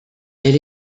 elle